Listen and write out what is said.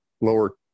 lower